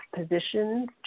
positions